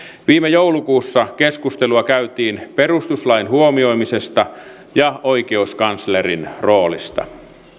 viime joulukuussa keskustelua käytiin perustuslain huomioimisesta ja oikeuskanslerin roolista